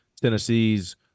Tennessee's